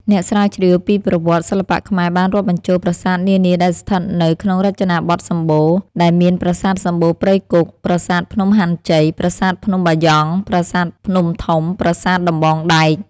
អ្នកស្រាវជ្រាវពីប្រវត្តិ សិល្បៈខ្មែរបានរាប់បញ្ចូលប្រាសាទនានាដែលស្ថិតនៅក្នុងរចនាបថសម្បូណ៌ ដែលមានប្រាសាទសម្បូណ៌ព្រៃគុហ៍ ប្រាសាទភ្នំហាន់ជ័យ ប្រាសាទភ្នំបាយ៉ង់ ប្រាសាទភ្នំធំ ប្រាសាទដំបងដែក ។